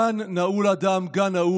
/ גן נעול, אדם.